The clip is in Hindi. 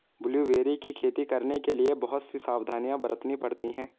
ब्लूबेरी की खेती करने के लिए बहुत सी सावधानियां बरतनी पड़ती है